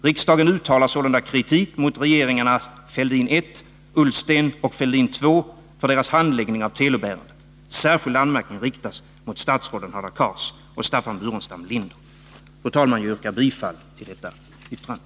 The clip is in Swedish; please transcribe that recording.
Riksdagen uttalar sålunda kritik mot regeringarna Fälldin I, Ullsten och Fälldin II för deras handläggning av Telub-ärendet. Särskild anmärkning riktas mot statsråden Hadar Cars och Staffan Burenstam Linder. Fru talman! Jag yrkar bifall till detta uttalande.